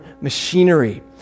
machinery